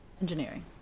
Engineering